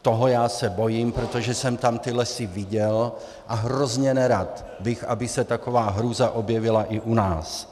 Toho já se bojím, protože jsem tam ty lesy viděl, a hrozně nerad bych, aby se taková hrůza objevila i u nás.